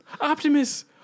optimus